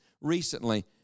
recently